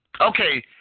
Okay